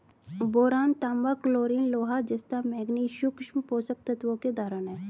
boron, तांबा, chlorine, लोहा, जस्ता, मैंगनीज सूक्ष्म पोषक तत्वों के उदाहरण हैं